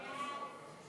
סעיפים